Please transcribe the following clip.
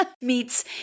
meets